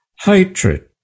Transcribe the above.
hatred